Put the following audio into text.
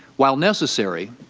while necessary,